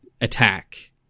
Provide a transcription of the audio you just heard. attack